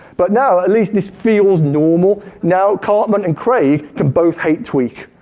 but now, at least this feels normal. now, cartman and craig can both hate tweek.